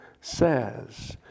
says